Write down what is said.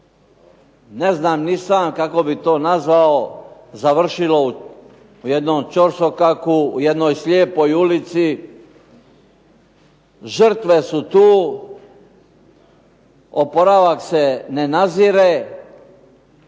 ne znam i sam kako bih to nazvao, završilo u jednom ćorsokaku u jednoj slijepoj ulici. Žrtve su tu, oporavak se ne nazire,